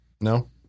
No